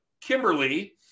Kimberly